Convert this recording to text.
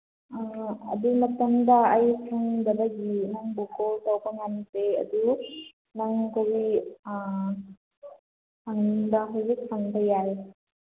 ꯑꯗꯨ ꯃꯇꯝꯗ ꯑꯩ ꯁꯪꯗꯕꯒꯤ ꯅꯪꯕꯨ ꯀꯣꯜ ꯇꯧꯕ ꯉꯝꯗꯦ ꯑꯗꯨ ꯅꯪ ꯀꯔꯤ ꯍꯪꯅꯤꯡꯕ ꯍꯧꯖꯤꯛ ꯍꯪꯕ ꯌꯥꯏ